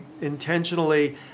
intentionally